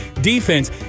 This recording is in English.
defense